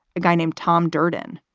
a guy named tom durden.